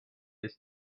his